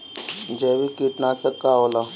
जैविक कीटनाशक का होला?